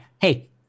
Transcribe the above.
Hey